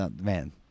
man